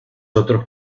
otros